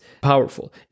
powerful